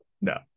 no